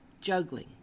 juggling